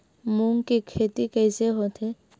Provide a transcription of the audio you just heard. मूंग के खेती कइसे होथे?